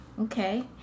Okay